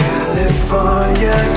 California